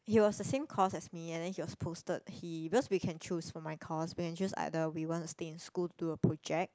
he was the same course as me and then he was posted he because we can choose for my course we can choose either we want to stay in school to do a project